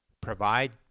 provide